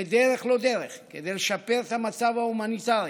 בדרך לא דרך כדי לשפר את המצב ההומניטרי